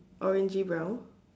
orangy brown